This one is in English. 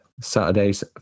Saturday's